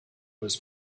was